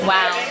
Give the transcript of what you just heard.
Wow